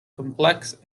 complex